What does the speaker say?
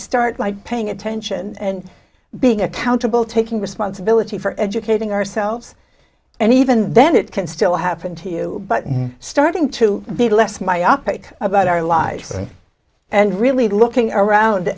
start by paying attention and being accountable taking responsibility for educating ourselves and even then it can still happen to you but i'm starting to be less myopic about our lives and really looking around